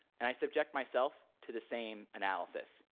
and i subject myself to the same analysis.